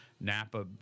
Napa